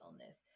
illness